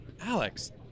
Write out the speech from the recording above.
Alex